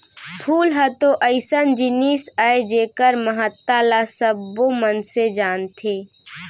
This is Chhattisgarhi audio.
फूल ह तो अइसन जिनिस अय जेकर महत्ता ल सबो मनसे जानथें